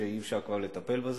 כשכבר אי-אפשר לטפל בזה.